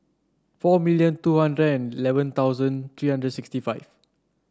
four million two hundred and eleven thousand three hundred sixty five